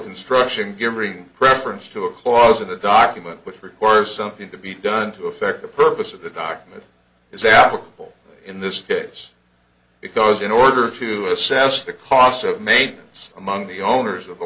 construction giving preference to a clause in a document which requires something to be done to effect the purpose of the document is applicable in this case because in order to assess the cost of maintenance among the owners of the